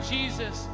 Jesus